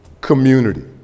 community